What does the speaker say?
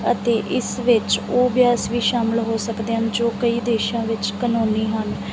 ਅਤੇ ਇਸ ਵਿੱਚ ਉਹ ਅਭਿਆਸ ਵੀ ਸ਼ਾਮਿਲ ਹੋ ਸਕਦੇ ਹਨ ਜੋ ਕਈ ਦੇਸ਼ਾਂ ਵਿੱਚ ਕਾਨੂੰਨੀ ਹਨ